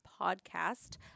podcast